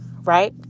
Right